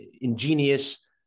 ingenious